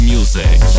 Music